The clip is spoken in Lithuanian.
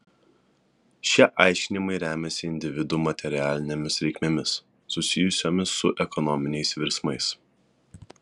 šie aiškinimai remiasi individų materialinėmis reikmėmis susijusiomis su ekonominiais virsmais